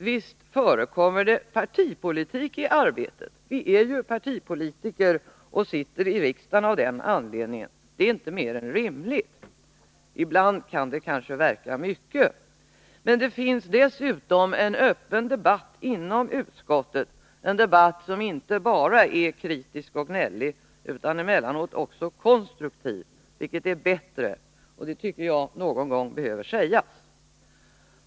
Visst förekommer det partipolitik i arbetet — vi är ju partipolitiker och sitter i riksdagen av den anledningen — det är inte mer än rimligt. Ibland kan det kanske verka mycket. Men det finns dessutom en öppen debatt inom utskottet, en debatt som inte bara är kritisk och gnällig, utan emellanåt också konstruktiv, vilket är bättre — detta tycker jag någon gång behöver sägas.